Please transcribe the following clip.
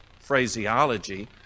phraseology